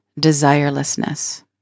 desirelessness